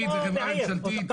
אחיד, זו חברה ממשלתית.